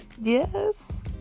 yes